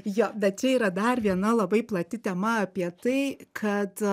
jo bet čia yra dar viena labai plati tema apie tai kad